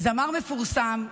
זמר מפורסם,